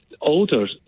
older